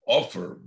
offer